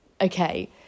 okay